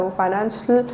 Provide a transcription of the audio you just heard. financial